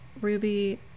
Ruby